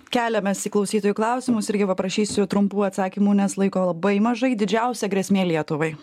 keliamės į klausytojų klausimus irgi paprašysiu trumpų atsakymų nes laiko labai mažai didžiausia grėsmė lietuvai